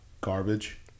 garbage